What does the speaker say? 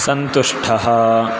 सन्तुष्टः